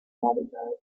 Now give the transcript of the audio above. bodyguards